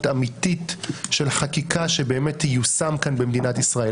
אמיתית של חקיקה שבאמת תיושם כאן במדינת ישראל.